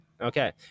okay